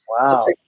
Wow